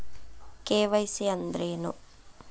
KYC ಅಂದ್ರೇನು?